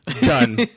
Done